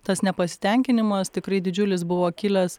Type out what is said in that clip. tas nepasitenkinimas tikrai didžiulis buvo kilęs